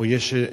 או יש,